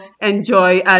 enjoy